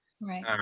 right